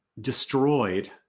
destroyed